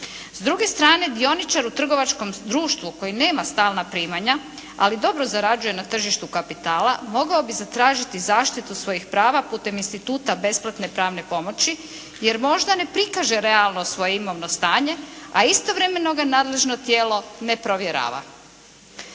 S druge strane dioničar u trgovačkom društvu koji nema stalna primanja ali dobro zarađuje na tržištu kapitala mogao bi zatražiti zaštitu svojih prava putem instituta besplatne pravne pomoći jer možda ne prikaže realno svoje imovno stanje a istovremeno ga nadležno tijelo ne provjerava.